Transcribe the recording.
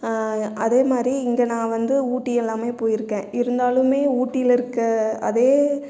அதே மாதிரி இங்கே நான் வந்து ஊட்டி எல்லாமே போயிருக்கன் இருந்தாலுமே ஊட்டியில் இருக்கற அதே